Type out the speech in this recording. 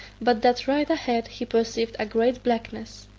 but that right a-head he perceived a great blackness.